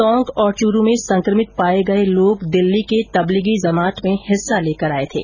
टोंक और चूरू में संक्रमित पाये गये लोग दिल्ली के तबलीगी जमात में हिस्सा लेकर आये थे